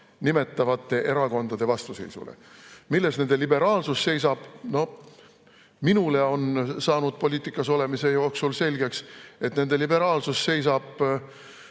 nimetavate erakondade vastuseisule. Milles nende liberaalsus seisab? No minule on saanud poliitikas olemise jooksul selgeks, et nende liberaalsus seisab